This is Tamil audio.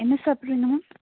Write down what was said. என்ன சாப்பிட்றீங்க மேம்